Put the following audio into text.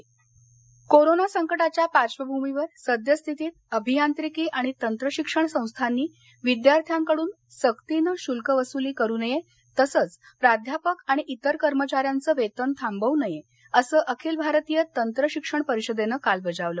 अभियांत्रिकी शल्क कोरोना संकटाच्या पार्श्वभूमीवर सद्यस्थितीत अभियांत्रिकी आणि तंत्रशिक्षण संस्थांनी विद्यार्थ्याकडून सक्तीनं शुल्कवसुली करू नये तसंच प्राध्यापक आणि इतर कर्मचाऱ्यांचं वेतन थांबवू नये असं अखिल भारतीय तंत्र शिक्षण परिषदेन काल बजावलं